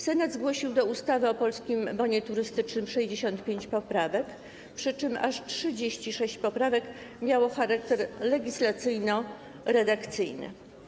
Senat zgłosił do ustawy o Polskim Bonie Turystycznym 65 poprawek, przy czym aż 36 poprawek miało charakter legislacyjno-redakcyjny.